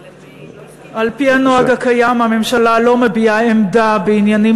על-פי הנוהג הקיים הממשלה לא מביעה עמדה בעניינים